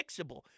fixable